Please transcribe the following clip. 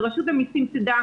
ורשות המיסים תדע